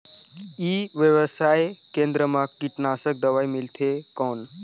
ई व्यवसाय केंद्र मा कीटनाशक दवाई मिलथे कौन?